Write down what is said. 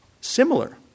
similar